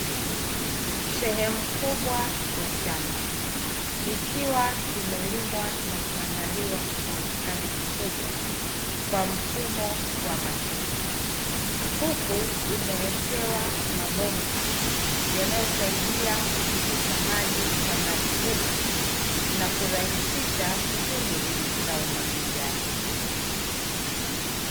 Sehemu kubwa ya shamba ikiwa imelimwa na kuandaliwa kwa ustadi mkubwa kwa mfumo wa matuta, huku imeekewa mabomba yanayosaidia kupitisha maji shambani humo na kurahisisha shughuli za umwagiliaji.